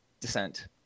descent